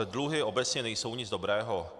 Dluhy obecně nejsou nic dobrého.